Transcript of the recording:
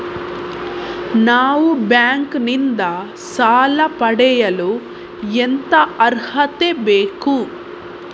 ನಾವು ಬ್ಯಾಂಕ್ ನಿಂದ ಸಾಲ ಪಡೆಯಲು ಎಂತ ಅರ್ಹತೆ ಬೇಕು?